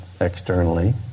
externally